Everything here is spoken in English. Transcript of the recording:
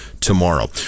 tomorrow